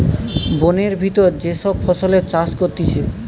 বোনের ভিতর যে সব ফসলের চাষ করতিছে